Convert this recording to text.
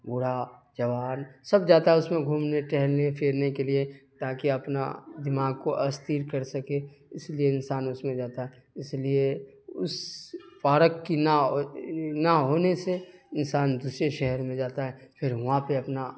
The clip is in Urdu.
بوڑھا جوان سب جاتا ہے اس میں گھومنے ٹہلنے پھرنے کے لیے تاکہ اپنا دماغ کو استھر کر سکے اس لیے انسان اس میں جاتا ہے اس لیے اس پارک کی نہ نہ ہونے سے انسان دوسرے شہر میں جاتا ہے پھر وہاں پہ اپنا